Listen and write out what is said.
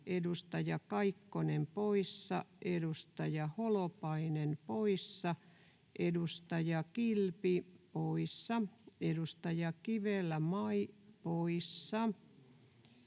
edustaja Kaikkonen poissa, edustaja Holopainen poissa, edustaja Kilpi poissa, edustaja Kivelä Mai poissa,